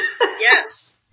Yes